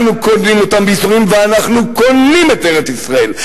אנחנו קונים אותם בייסורים ואנחנו קונים את ארץ-ישראל,